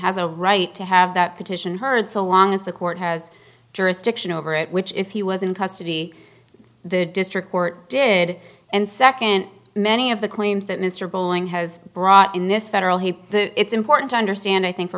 has a right to have that petition heard so long as the court has jurisdiction over it which if he was in custody the district court did and second many of the claims that mr bowling has brought in this federal he it's important to understand i think